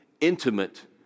intimate